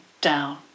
down